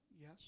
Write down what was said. yes